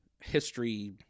history